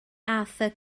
arthur